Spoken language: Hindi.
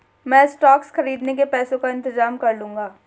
मैं स्टॉक्स खरीदने के पैसों का इंतजाम कर लूंगा